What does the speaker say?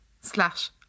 slash